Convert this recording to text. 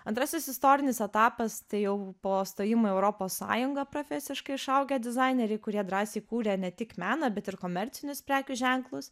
antrasis istorinis etapas tai jau po stojimo į europos sąjungą profesiškai išaugę dizaineriai kurie drąsiai kūrė ne tik meną bet ir komercinius prekių ženklus